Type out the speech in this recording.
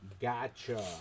Gotcha